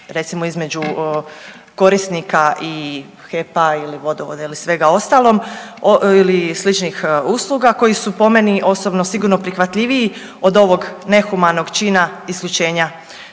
recimo između korisnika i HEP-a, vodovoda ili svemu ostalom ili sličnih usluga koji su po meni osobno sigurno prihvatljiviji od ovog nehumanog čina isključenja